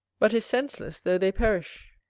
but is senseless, though they perish.